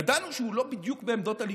ידענו שהוא לא בדיוק בעמדות הליכוד,